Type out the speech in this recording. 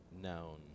known